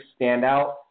standout